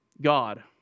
God